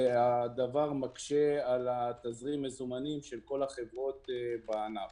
והדבר מקשה על תזרים המזומנים של כל החברות בענף.